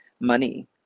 money